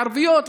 הערביות,